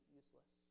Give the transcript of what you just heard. useless